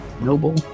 noble